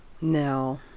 No